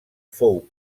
fou